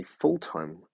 full-time